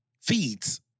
Feeds